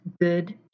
good